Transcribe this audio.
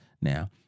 Now